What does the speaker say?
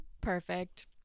Perfect